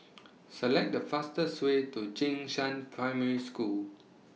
Select The fastest Way to Jing Shan Primary School